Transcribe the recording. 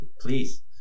Please